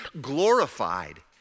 glorified